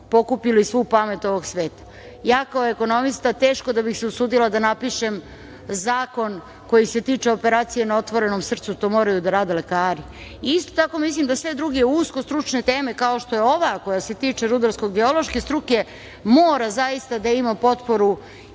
pokupili svu pamet ovog sveta. Ja kao ekonomista teško da bih se usudila da napišem zakon koji se tiče operacije na otvorenom srcu, to moraju da rade lekari. Isto tako mislim da sve druge usko stručne teme kao što je ova koja se tiče rudarsko geološke struke mora zaista da ima potporu,